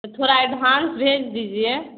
थोड़ा एडव्हांस भेज दीजिए